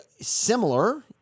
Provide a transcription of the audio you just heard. similar